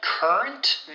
Current